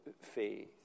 faith